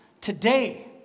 today